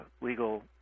legal